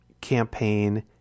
campaign